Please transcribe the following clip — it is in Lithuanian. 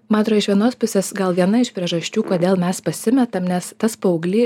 man atrodo iš vienos pusės gal viena iš priežasčių kodėl mes pasimetam nes tas paaugly